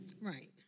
Right